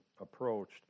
approached